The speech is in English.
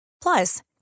Plus